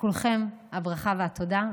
לכולכם הברכה והתודה,